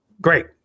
great